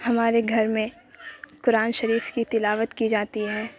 ہمارے گھر میں قرآن شریف کی تلاوت کی جاتی ہے